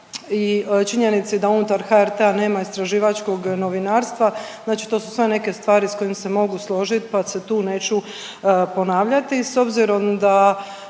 i činjenici da unutar HRT-a nema istraživačkog novinarstva, znači to su sve neke stvari s kojim se mogu složit pa se tu neću ponavljati. S obzirom da